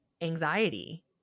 anxiety